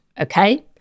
okay